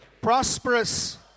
prosperous